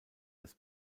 das